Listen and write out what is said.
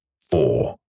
four